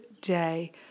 day